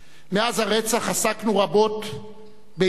מאז הרצח עסקנו רבות ביצחק,